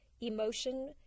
emotion